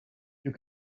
you